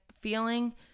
feeling